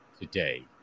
today